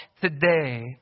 today